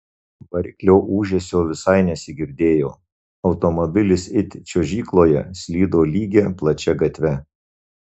variklio ūžesio visai nesigirdėjo automobilis it čiuožykloje slydo lygia plačia gatve